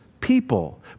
people